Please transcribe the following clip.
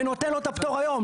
ונותן לו את הפטור היום,